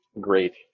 great